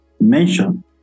mention